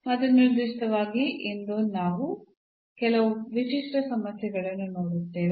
ಮತ್ತು ನಿರ್ದಿಷ್ಟವಾಗಿ ಇಂದು ನಾವು ಕೆಲವು ವಿಶಿಷ್ಟ ಸಮಸ್ಯೆಗಳನ್ನು ನೋಡುತ್ತೇವೆ